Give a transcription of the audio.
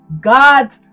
god